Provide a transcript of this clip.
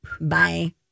Bye